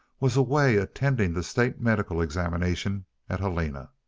was away attending the state medical examination at helena.